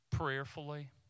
prayerfully